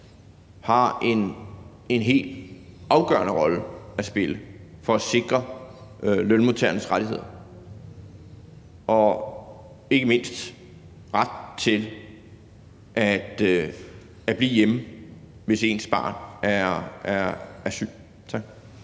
har en helt afgørende rolle at spille for at sikre lønmodtagernes rettigheder og ikke mindst ret til at blive hjemme, hvis ens barn er syg.